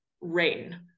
rain